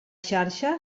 xarxa